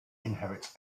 inherits